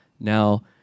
now